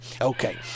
Okay